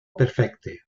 perfecte